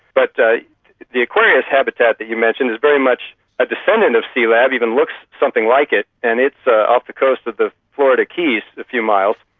but the the aquarius habitat that you mention is very much a descendant of sealab, even looks something like it, and it's off the coast of the florida keys a few miles,